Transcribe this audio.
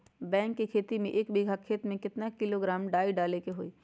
गेहूं के खेती में एक बीघा खेत में केतना किलोग्राम डाई डाले के होई?